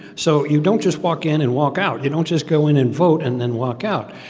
so you don't just walk in and walk out. you don't just go in and vote and then walk out.